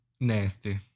Nasty